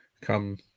come